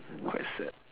quite sad